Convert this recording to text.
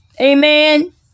Amen